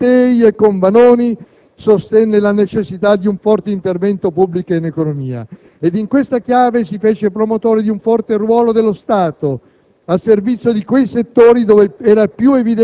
del servizio pubblico radiotelevisivo. Con Mattei e Vanoni sostenne la necessità di un forte intervento pubblico in economia ed in questa chiave si fece promotore di un forte ruolo dello Stato,